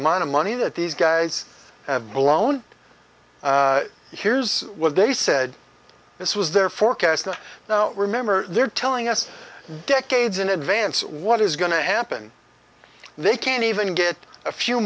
mind of money that these guys have blown here's what they said this was their forecast now remember they're telling us decades in advance what is going to happen they can't even get a few